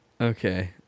Okay